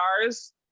Stars